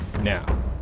Now